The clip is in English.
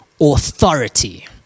authority